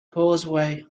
causeway